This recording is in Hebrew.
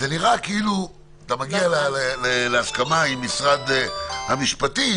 זה נראה שאתה מגיע להסכמה עם משרד המשפטים,